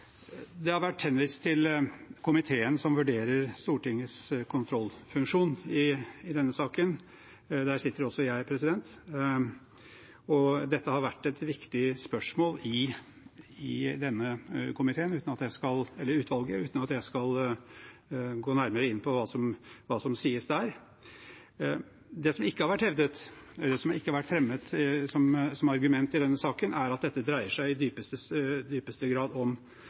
denne saken. Der sitter også jeg, og dette har vært et viktig spørsmål i dette utvalget, uten at jeg skal gå nærmere inn på hva som sies der. Det som ikke har vært fremmet som argument i denne saken, er at dette i dypeste grad dreier seg om kommunikasjonen mellom ytre og indre etat. Det bør nok sies i